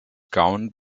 governed